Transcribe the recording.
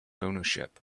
ownership